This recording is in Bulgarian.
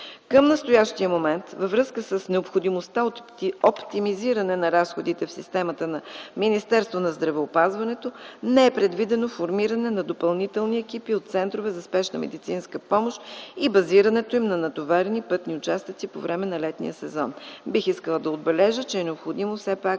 Към настоящия момент във връзка с необходимостта от оптимизиране на разходите в системата на Министерството на здравеопазването не е предвидено формиране на допълнителни екипи от центрове за спешна медицинска помощ и базирането им на натоварени пътни участъци по време на летния сезон. Бих искала да отбележа, че са необходими все пак